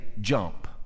jump